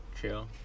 Chill